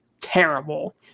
terrible